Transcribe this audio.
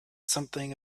something